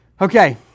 okay